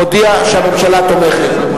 מודיע שהממשלה תומכת.